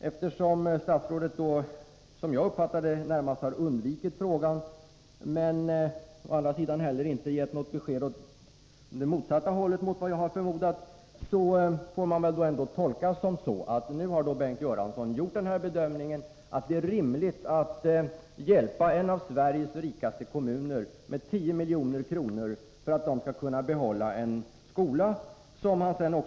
Eftersom statsrådet, som jag uppfattar det, närmast har undvikit frågan men å andra sidan inte gett något besked åt det motsatta hållet mot vad jag har förmodat, får jag väl tolka svaret så att Bengt Göransson har gjort den bedömningen att det är rimligt att hjälpa en av Sveriges rikaste kommuner med 10 milj.kr. för att kommunen skall kunna behålla denna skola.